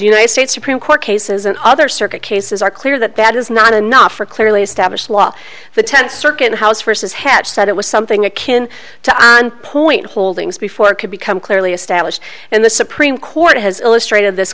united states supreme court cases and other circuit cases are clear that that is not enough for clearly established law the tenth circuit house versus hatch said it was something akin to a point holdings before it could become clearly established and the supreme court has illustrated this